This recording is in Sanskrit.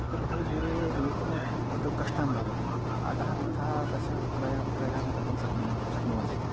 त बहु दूरे नेकम दु कष्टं भवति अतः तथा तस्य क्रय विक्रयः न कर्तुं शक्नुमः शक्नुवन्ति ते